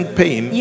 pain